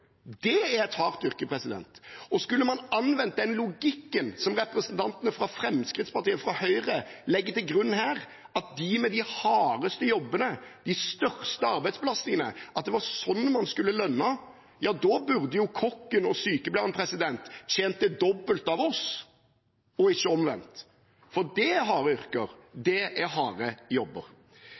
Det er et hardt yrke. Skulle man anvendt den logikken som representantene fra Fremskrittspartiet og Høyre legger til grunn her, at man skulle lønne folk ut fra de hardeste jobbene, de største arbeidsbelastningene, da burde kokken og sykepleieren tjent det dobbelte av oss, og ikke omvendt, for det er harde yrker, det er harde jobber.